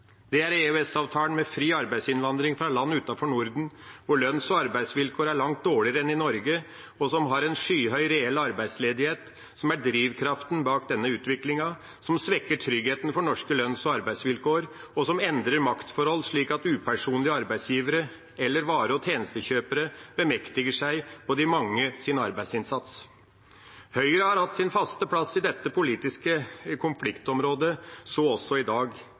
Det er EØS-avtalen med fri arbeidsinnvandring fra land utenfor Norden, hvor lønns- og arbeidsvilkår er langt dårligere enn i Norge, som har en skyhøy reell arbeidsledighet, som er drivkraften bak denne utviklingen, som svekker tryggheten for norske lønns- og arbeidsvilkår, og som endrer maktforhold, slik at upersonlige arbeidsgivere eller vare- og tjenestekjøpere bemektiger seg på de manges arbeidsinnsats. Høyre har hatt sin faste plass i dette politiske konfliktområdet, så også i dag.